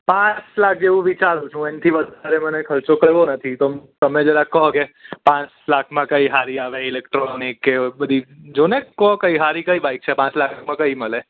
પાંચ લાખ જેવું વિચારું છું એનાથી વધારે મને ખર્ચો કરવો નથી તો તમે જરાક કહો કે પાંચ લાખમાં કંઈ સારી આવે ઈલેક્ટ્રોનિક કે બધી જોને કહો કઈ હારી કઈ બાઇક છે પાંચ લાખમાં કઈ મળે